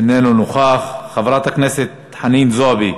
איננו נוכח, חברת הכנסת חנין זועבי,